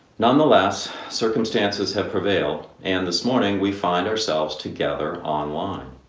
nonetheless, circumstances have prevailed and this morning we find ourselves together online,